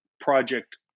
project